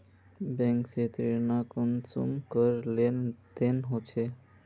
Bank से ऋण कुंसम करे लेन देन होए?